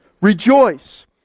Rejoice